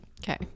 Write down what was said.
okay